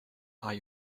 are